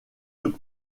deux